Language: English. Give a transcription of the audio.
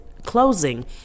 Closing